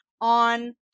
on